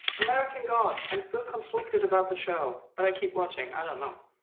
american gods. i'm still conflicted about the show, but i keep watching. i don't know.